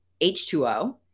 h2o